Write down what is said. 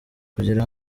kugera